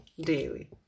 daily